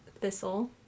thistle